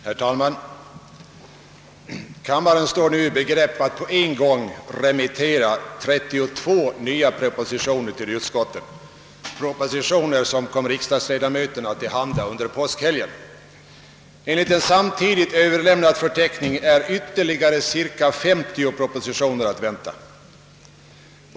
Herr talman! Kammaren står nu i begrepp att på en gång remittera 32 nya propositioner till utskotten — propositioner som kom riksdagsledamöterna till handa under påskhelgen. Enligt en samtidigt överlämnad förteckning är ytterligare cirka 50 propositioner att vänta.